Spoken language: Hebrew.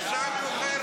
השעה מאוחרת להצגות.